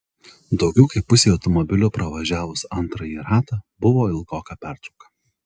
daugiau kaip pusei automobilių pravažiavus antrąjį ratą buvo ilgoka pertrauka